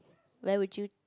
where would you